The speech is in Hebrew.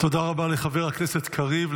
תודה רבה לחבר הכנסת קריב.